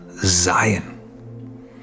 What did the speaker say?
Zion